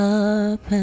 up